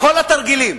כל התרגילים